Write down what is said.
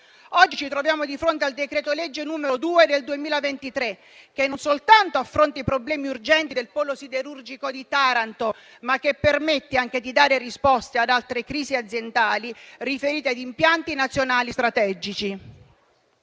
Oggi ci troviamo di fronte al decreto-legge n. 2 del 2023, che non soltanto affronta i problemi urgenti del polo siderurgico di Taranto, ma permette anche di dare risposte ad altre crisi aziendali riferite ad impianti nazionali strategici.